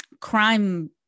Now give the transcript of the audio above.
crime